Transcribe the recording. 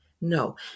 No